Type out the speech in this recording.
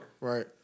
Right